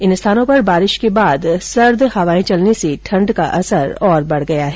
इन स्थानों पर बारिश के बाद सर्द हवाए चलने से ठण्ड का असर और बढ़ गया है